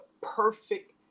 perfect